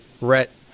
Rhett